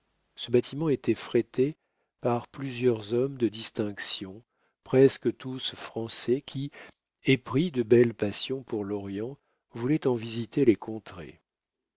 ce bâtiment était frété par plusieurs hommes de distinction presque tous français qui épris de belle passion pour l'orient voulaient en visiter les contrées